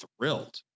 thrilled